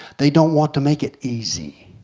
they don't want to make it easy.